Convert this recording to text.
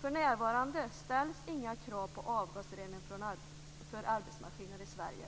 För närvarande ställs inga krav på avgasrening för arbetsmaskiner i Sverige.